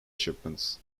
shipments